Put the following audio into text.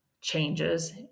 changes